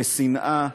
לשנאה,